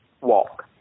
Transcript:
walk